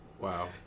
Wow